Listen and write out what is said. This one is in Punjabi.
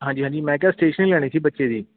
ਹਾਂਜੀ ਹਾਂਜੀ ਮੈਂ ਕਿਹਾ ਸਟੇਸ਼ਨਰੀ ਲੈਣੀ ਸੀ ਬੱਚੇ ਦੀ